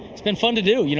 it's been fun to do. yeah